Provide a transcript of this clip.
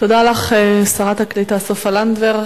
תודה לך, שרת הקליטה סופה לנדבר.